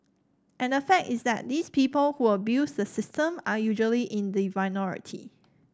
and the fact is that these people who abuse the system are usually in the minority